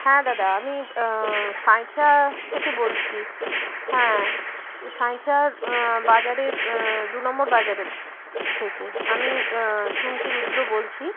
হ্যাঁ দাদা আমি সাঁইথিয়া থেকে বলছি হ্যাঁ সাঁইথিয়ার বাজারে দু নম্বর বাজারের থেকে আমি চুমকি রুদ্র বলছি